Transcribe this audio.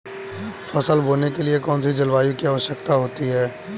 फसल बोने के लिए कौन सी जलवायु की आवश्यकता होती है?